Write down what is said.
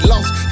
Lost